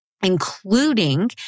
including